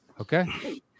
Okay